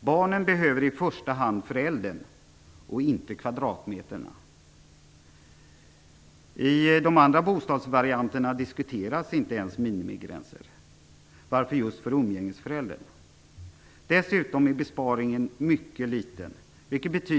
Barnen behöver i först hand föräldern - inte kvadratmeterna. När det gäller de andra bostadsvarianterna diskuteras inte ens minimigränser, så varför görs det just i fråga om umgängesföräldrar? Dessutom är besparingen mycket liten.